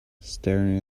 staring